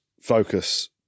focus